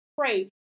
pray